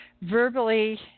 Verbally